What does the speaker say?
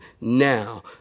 Now